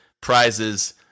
prizes